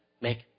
Make